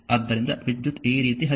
ಆದ್ದರಿಂದ ವಿದ್ಯುತ್ ಈ ರೀತಿ ಹರಿಯುತ್ತಿದೆ